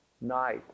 night